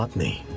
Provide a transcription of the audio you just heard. me?